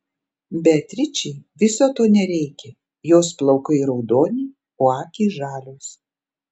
beatričei viso to nereikia jos plaukai raudoni o akys žalios